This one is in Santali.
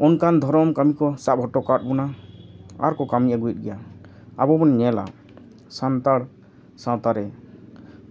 ᱚᱱᱠᱟᱱ ᱫᱷᱚᱨᱚᱢ ᱠᱟᱹᱢᱤ ᱠᱚ ᱥᱟᱵ ᱦᱚᱴᱚ ᱟᱠᱟᱫ ᱵᱚᱱᱟ ᱟᱨᱠᱚ ᱠᱟᱹᱢᱤ ᱟᱹᱜᱩᱭᱮᱫ ᱜᱮᱭᱟ ᱟᱵᱚ ᱵᱚᱱ ᱧᱮᱞᱟ ᱥᱟᱱᱛᱟᱲ ᱥᱟᱶᱛᱟ ᱨᱮ